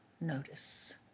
notice